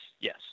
yes